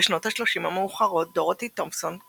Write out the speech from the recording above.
בשנות השלושים המאוחרות דורותי תומפסון,